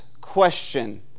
question